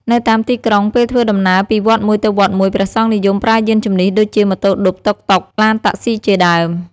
នៅតាមទីក្រុង ពេលធ្វើដំណើរពីវត្តមួយទៅវត្តមួយ ព្រះសង្ឃនិយមប្រើយានជំនិះដូចជា ម៉ូតូឌុប តុកតុក ឡានតាក់សុីជាដើម។